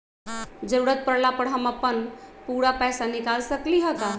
जरूरत परला पर हम अपन पूरा पैसा निकाल सकली ह का?